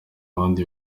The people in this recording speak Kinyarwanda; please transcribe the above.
bandi